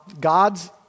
God's